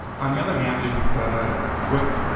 on the other hand, if what